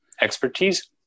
expertise